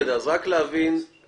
בסדר, אז רק להבין כרגע,